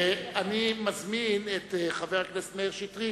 אני מזמין את חבר הכנסת מאיר שטרית.